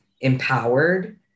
empowered